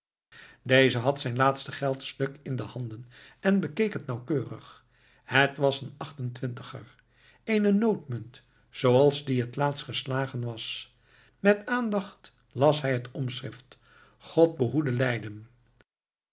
deze had zijn laatste geldstuk in de handen en bekeek het nauwkeurig het was een achtentwintiger eene noodmunt zooals die het laatst geslagen was met aandacht las hij het omschrift godt behoede leyden